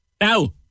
Now